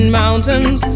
mountains